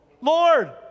Lord